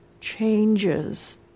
changes